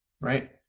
right